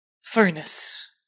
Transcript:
furnace